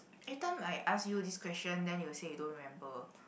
every time I ask you this question then you will say you don't remember